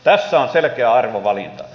tässä on selkeä arvovalinta